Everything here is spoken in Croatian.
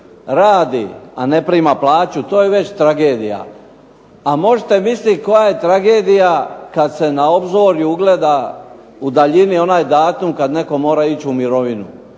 radi, a ne prima plaću. To je već tragedija, a možete mislit koja je tragedija kad se na obzorju ugleda u daljini onaj datum kad netko mora ići u mirovinu